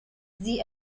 sie